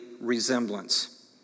resemblance